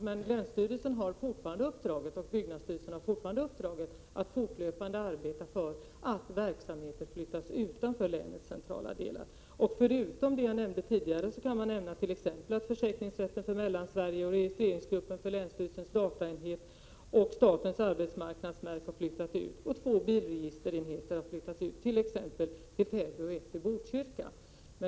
Men länsstyrelsen och byggnadsstyrelsen har fortfarande uppdraget att fortlöpande arbeta för att verksamheter flyttas utanför länets centrala delar. Förutom det jag nämnde tidigare kan jag nämna attt.ex. försäkringsrätten för Mellansverige, registreringsgruppen för länsstyrelsens dataenhet och statens arbetsmarknadsverk har flyttat ut. Även två bilregisterenheter har flyttat ut, en till Täby och en till Botkyrka.